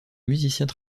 musiciens